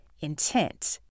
intent